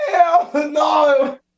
No